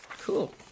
Cool